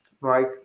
right